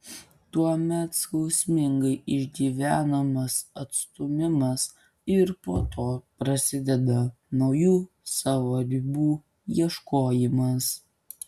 tuomet skausmingai išgyvenamas atstūmimas ir po to prasideda naujų savo ribų ieškojimas